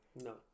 no